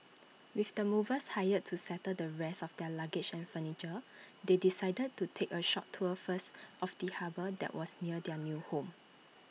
with the movers hired to settle the rest of their luggage and furniture they decided to take A short tour first of the harbour that was near their new home